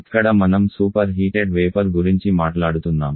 ఇక్కడ మనం superheated vapour గురించి మాట్లాడుతున్నాం